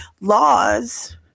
laws